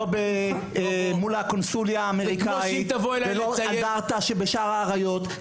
לא מול הקונסוליה האמריקאית ולא האנדרטה שבשער האריות,